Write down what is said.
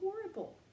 horrible